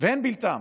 ואין בלתם